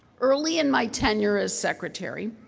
early in my tenure as secretary,